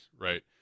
right